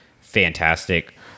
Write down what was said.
fantastic